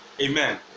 Amen